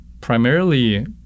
primarily